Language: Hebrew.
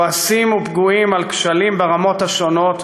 כועסים ופגועים על כשלים ברמות השונות,